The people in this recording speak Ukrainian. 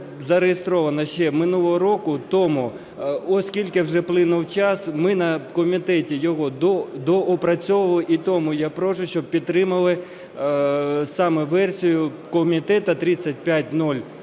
зареєстровано ще минулого року. Тому, оскільки вже сплинув час, ми на комітеті його доопрацьовували. І тому я прошу, щоб підтримали саме версію комітету